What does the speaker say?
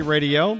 Radio